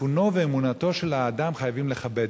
מצפונו ואמונתו של האדם, חייבים לכבד.